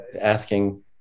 asking